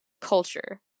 culture